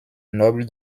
noble